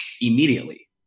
immediately